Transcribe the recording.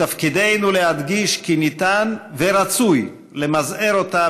מתפקידנו להדגיש כי אפשר ורצוי למזער אותה